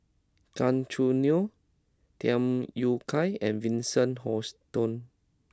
Gan Choo Neo Tham Yui Kai and Vincent Hoisington